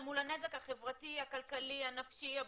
החברתי --- אבל זה בדיוק